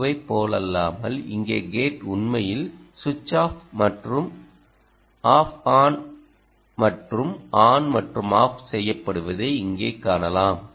ஓவைப் போலல்லாமல் இங்கே கேட் உண்மையில் சுவிட்ச் ஆப் மற்றும் ஆஃப் மற்றும் ஆன் மற்றும் ஆஃப் செய்யப்படுவதை இங்கே காணலாம்